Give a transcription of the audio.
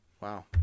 wow